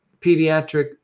Pediatric